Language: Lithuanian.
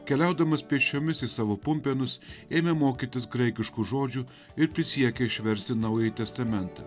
keliaudamas pėsčiomis į savo pumpėnus ėmė mokytis graikiškų žodžių ir prisiekė išversti naująjį testamentą